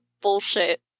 bullshit